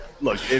look